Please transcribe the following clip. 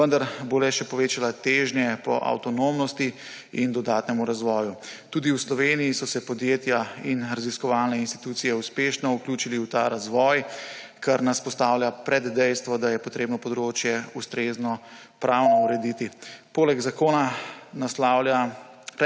vendar bo le še povečala težnje po avtonomnosti in dodatnem razvoju. Tudi v Sloveniji so se podjetja in raziskovalne institucije uspešno vključili v ta razvoj, kar nas postavlja pred dejstvo, da je potrebno področje ustrezno pravno urediti. Predlog zakona naslavlja